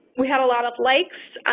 we have a lot of likes,